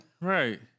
Right